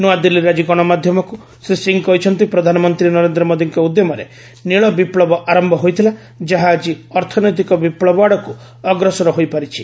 ନୁଆଦିଲ୍ଲୀରେ ଆଜି ଗଣମାଧ୍ୟମକୁ ଶ୍ରୀ ସିଂହ କହିଛନ୍ତି ପ୍ରଧାନମନ୍ତ୍ରୀ ନରେନ୍ଦ୍ର ମୋଦୀଙ୍କ ଉଦ୍ୟମରେ ନୀଳ ବିପୁବ ଆରମ୍ଭ ହୋଇଥିଲା ଯାହା ଆଜି ଅର୍ଥନୈତିକ ବିପ୍ଲବ ଆଡ଼କୁ ଅଗ୍ରସର ହୋଇପାରିଛି